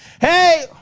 Hey